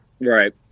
Right